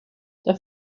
their